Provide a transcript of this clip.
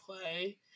play